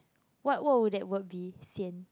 what word would that word be sian